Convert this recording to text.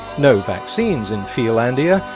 no vaccines in feelandia,